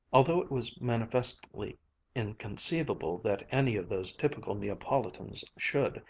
although it was manifestly inconceivable that any of those typical neapolitans should.